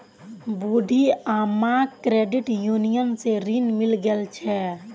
बूढ़ी अम्माक credit union स ऋण मिले गेल छ